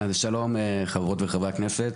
שלום חברות וחברי הכנסת.